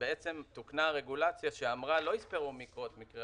בעצם תוקנה הרגולציה שאמרה לא יספרו מקרות מקרה